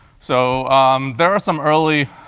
so there are some early